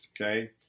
okay